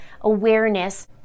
awareness